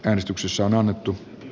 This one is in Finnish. äänestyksessä on annettu